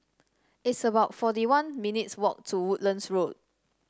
it's about forty one minutes' walk to Woodlands Road